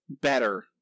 better